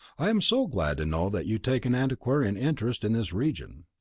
i am so glad to know that you take an antiquarian interest in this region.